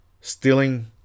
stealing